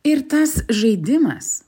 ir tas žaidimas